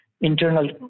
internal